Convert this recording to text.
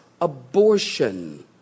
Abortion